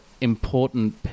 important